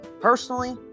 personally